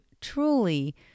truly